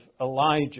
Elijah